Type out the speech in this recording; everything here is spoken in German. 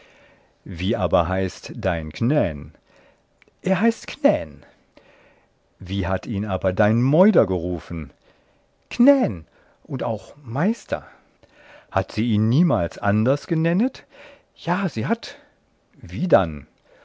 wie hieß aber dein knän simpl er heißt knän einsied wie hat ihn aber dein meuder gerufen simpl knän und auch meister einsied hat sie ihn niemals anders genennet simpl ja sie hat einsied wie dann